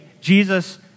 Jesus